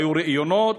והיו ראיונות,